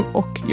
och